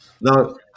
Now